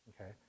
Okay